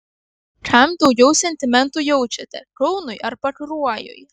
kam daugiau sentimentų jaučiate kaunui ar pakruojui